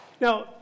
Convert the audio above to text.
Now